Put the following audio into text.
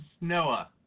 Noah